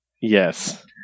Yes